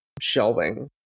shelving